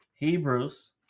Hebrews